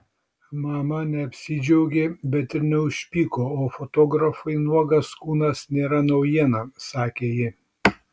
mama neapsidžiaugė bet ir neužpyko o fotografui nuogas kūnas nėra naujiena sakė ji